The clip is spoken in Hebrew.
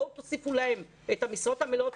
תוסיפו להם את המשרות המלאות,